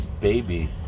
baby